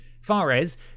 Fares